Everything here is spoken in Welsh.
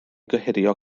gohirio